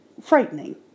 frightening